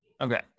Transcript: Okay